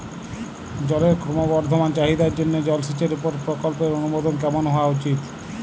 জলের ক্রমবর্ধমান চাহিদার জন্য জলসেচের উপর প্রকল্পের অনুমোদন কেমন হওয়া উচিৎ?